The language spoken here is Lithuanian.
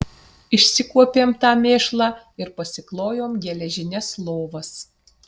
išsikuopėm tą mėšlą ir pasiklojom geležines lovas